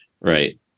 Right